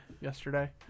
yesterday